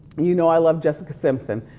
you know, i love jessica simpson,